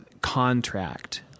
contract